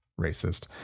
racist